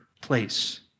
place